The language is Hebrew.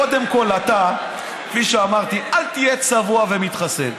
קודם כול, אתה, כפי שאמרתי, אל תהיה צבוע ומתחסד.